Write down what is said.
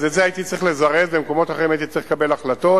אז את זה הייתי צריך לזרז ובמקומות אחרים הייתי צריך לקבל החלטות,